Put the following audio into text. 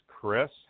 Chris